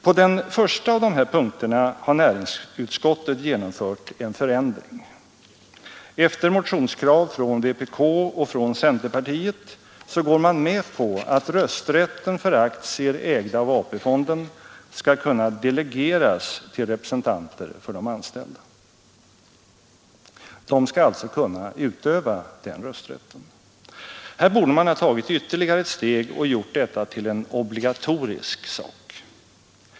På den första av dessa punkter har näringsutskottet genomfört en förändring. Efter motionskrav från vpk och från centerpartiet går man med på att rösträtten för aktier ägda av AP-fonden skall kunna delegeras till representanter för de anställda. De skall alltså kunna utöva den rösträtten. Här borde man ha tagit ytterligare ett steg och gjort detta till en obligatorisk sak.